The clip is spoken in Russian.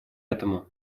этому